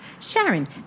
Sharon